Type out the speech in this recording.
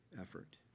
effort